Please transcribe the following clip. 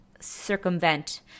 circumvent